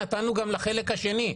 נתנו גם לחלק השני,